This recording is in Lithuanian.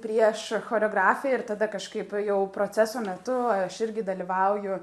prieš choreografiją ir tada kažkaip jau proceso metu aš irgi dalyvauju